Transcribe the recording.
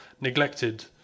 neglected